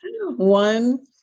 one